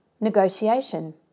Negotiation